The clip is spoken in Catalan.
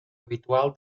habitual